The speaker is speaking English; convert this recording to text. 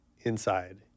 inside